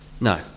No